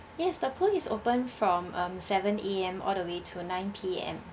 yes the pool is open from um seven A_M all the way to nine P_M